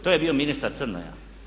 To je bio ministar Crnoja.